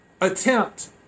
attempt